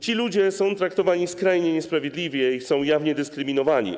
Ci ludzie są traktowani skrajnie niesprawiedliwie i są jawnie dyskryminowani.